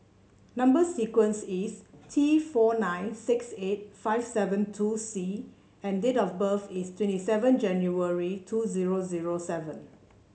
number sequence is T four nine six eight five seven two C and date of birth is twenty seven January two zero zero seven